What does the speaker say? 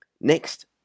Next